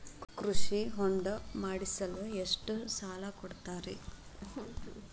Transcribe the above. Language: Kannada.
ಕೃಷಿ ಹೊಂಡ ಮಾಡಿಸಲು ಎಷ್ಟು ಸಾಲ ಕೊಡ್ತಾರೆ?